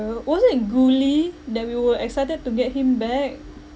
uh was it guli that we were excited to get him back